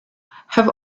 have